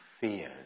fears